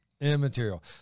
Immaterial